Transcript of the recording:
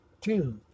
Two